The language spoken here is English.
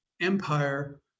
empire